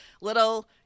little